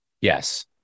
Yes